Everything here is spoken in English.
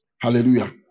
Hallelujah